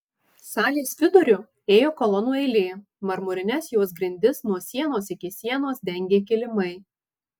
salės viduriu ėjo kolonų eilė marmurines jos grindis nuo sienos iki sienos dengė kilimai